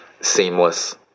seamless